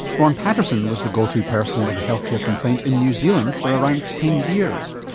ron paterson was the go to person with a health care complaint in new zealand for around ten years.